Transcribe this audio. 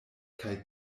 kaj